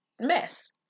mess